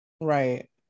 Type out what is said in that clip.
Right